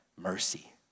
mercy